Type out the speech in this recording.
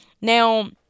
Now